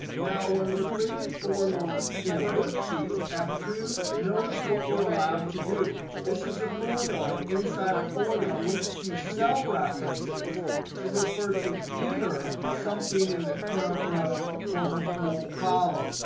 now, when we're creating formulas in a worksheet f two notice what we're allowed to do. this is a formula. and inside our formula, we just use cell references to refer to either something in the current row or the whole column.